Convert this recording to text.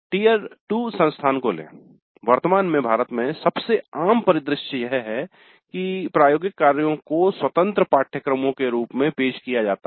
tier 2 संस्थान को ले वर्तमान में भारत में सबसे आम परिदृश्य यह है कि प्रायोगिक कार्यों को स्वतंत्र पाठ्यक्रमों के रूप में पेश किया जाता है